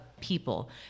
people